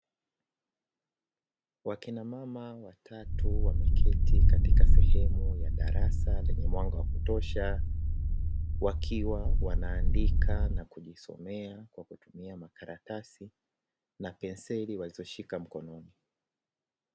Wakina mama watatu wameketi katika sehemu ya darasa lenye mwanga wa kutosha Wakiwa wanaandika na kujisomea kwa kutumia makaratasi Na penseli walizoshika mkononi.